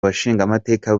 abashingamateka